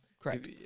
Correct